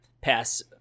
pass